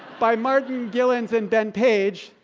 by martin gilens and ben page,